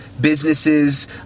businesses